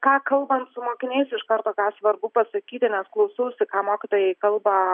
ką kalbant su mokiniais iš karto ką svarbu pasakyti nes klausausi ką mokytojai kalba